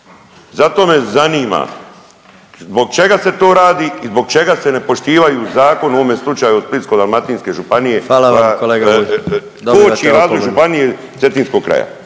Zato me zanima zbog čega se to radi i zbog čega se ne poštivaju zakon u ovome slučaju Splitsko-dalmatinske županije …/Upadica: Hvala vam kolega Bulj./… da koči razvoj županije cetinskog kraja.